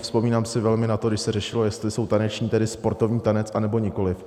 Vzpomínám si velmi na to, když se řešilo, jestli jsou taneční tedy sportovní tanec, anebo nikoliv.